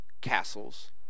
castles